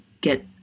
get